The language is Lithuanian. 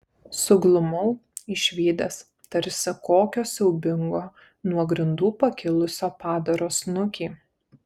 suglumau išvydęs tarsi kokio siaubingo nuo grindų pakilusio padaro snukį